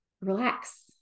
relax